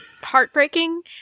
heartbreaking